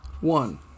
One